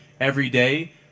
everyday